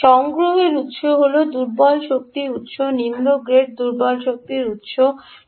সংগ্রহের উত্স হল দুর্বল শক্তি উত্স নিম্ন গ্রেড দুর্বল শক্তি সংগ্রহের উত্স